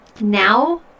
Now